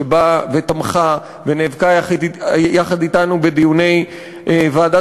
שבאה ותמכה ונאבקה יחד אתנו בדיוני ועדת